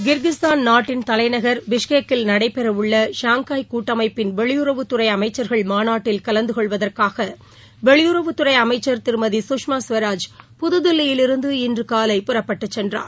Kyrgyzstan நாட்டின் தலைநகர் பிஷ்கெக்கில் நடைபெற உள்ள ஷாங்காய் கூட்டமைப்பின் வெளியுறவுத்துறை அமைச்சர்கள் மாநாட்டில் கலந்து கொள்வதற்காக வெளியுறவுத்துறை அமைச்சர் திருமதி சுஷ்மா சுவராஜ் புதுதில்லியிலிருந்து இன்றுகாலை புறப்பட்டுச் சென்றார்